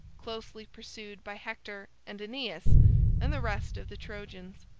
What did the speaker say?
closely pursued by hector and aeneas and the rest of the trojans.